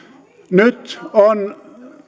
nyt on